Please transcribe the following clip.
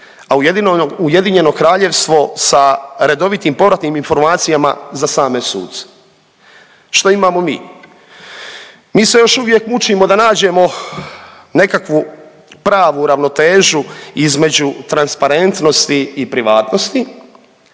a Ujedinjeno Kraljevstvo sa redovitim povratnim informacijama za same suce. Što imamo mi? Mi se još uvijek mučimo da nađemo nekakvu pravu ravnotežu između transparentnosti i privatnosti,